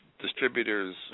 distributors